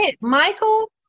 Michael